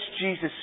Jesus